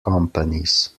companies